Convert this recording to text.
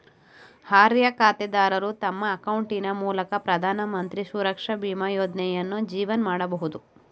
ಅರ್ಹ ಖಾತೆದಾರರು ತಮ್ಮ ಅಕೌಂಟಿನ ಮೂಲಕ ಪ್ರಧಾನಮಂತ್ರಿ ಸುರಕ್ಷಾ ಬೀಮಾ ಯೋಜ್ನಯನ್ನು ಜೀವನ್ ಮಾಡಬಹುದು